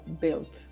built